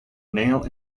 nail